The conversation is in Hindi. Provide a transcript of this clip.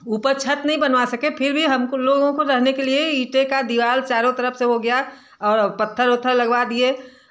ऊपर छत नहीं बनवा सके फिर भी हमको लोगों को रहने के लिए ईंट का दीवार चारों तरफ़ से हो गया और पत्थर उत्थर लगवा दिए